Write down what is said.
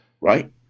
right